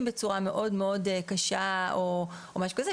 בצורה מאוד מאוד קשה או משהו כזה,